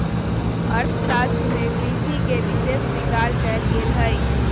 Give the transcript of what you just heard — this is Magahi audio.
अर्थशास्त्र में कृषि के विशेष स्वीकार कइल गेल हइ